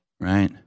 Right